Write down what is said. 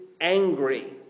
angry